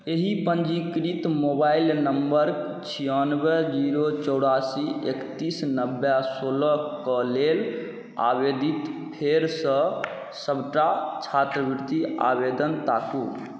एहि पञ्जीकृत मोबाइल नम्बरक छिआनवे जीरो चौरासी एकतीस नब्बे सोलह के लेल आवेदित फेरसँ सबटा छात्रवृति आवेदन ताकू